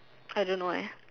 I don't know eh